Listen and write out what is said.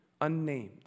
unnamed